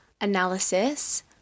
analysis